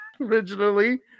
originally